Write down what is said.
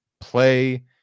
play